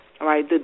right